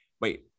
wait